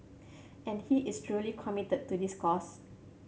and he is truly committed to this cause